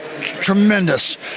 tremendous